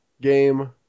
game